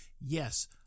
Yes